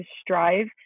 strive